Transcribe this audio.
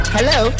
Hello